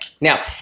Now